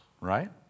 Right